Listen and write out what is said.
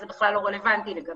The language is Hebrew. זה בכלל לא רלוונטי לגביהם.